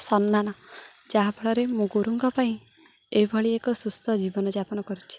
ସମ୍ମାନ ଯାହାଫଳରେ ମୁଁ ଗୁରୁଙ୍କ ପାଇଁ ଏଇଭଳି ଏକ ସୁସ୍ଥ ଜୀବନଯାପନ କରୁଛି